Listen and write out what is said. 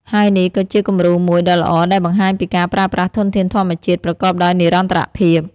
ហើយនេះក៏ជាគំរូមួយដ៏ល្អដែលបង្ហាញពីការប្រើប្រាស់ធនធានធម្មជាតិប្រកបដោយនិរន្តរភាព។